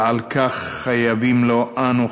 ועל כך חייבים לו אנו,